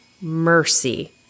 mercy